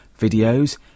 videos